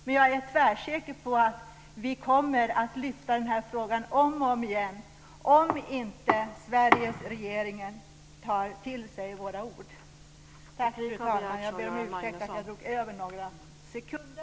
Men jag är tvärsäker på att vi kommer att lyfta fram den här frågan om och om igen om inte Sveriges regering tar till sig våra ord. Fru talman! Jag ber om ursäkt för att jag drog över min talartid med några sekunder.